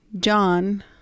John